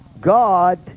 god